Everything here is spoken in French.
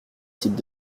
types